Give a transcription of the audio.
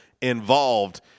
involved